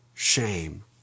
shame